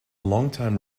longtime